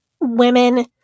women